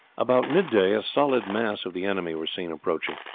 about mid-day a solid mass of the enemy were seen approaching,